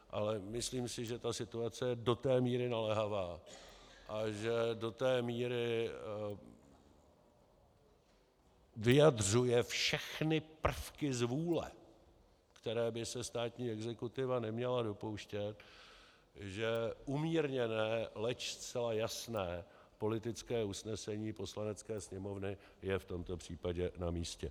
Ale myslím si, že situace je do té míry naléhavá a že do té míry vyjadřuje všechny prvky zvůle, které by se státní exekutiva neměla dopouštět, že umírněné, leč zcela jasné politické usnesení Poslanecké sněmovny je v tomto případě namístě.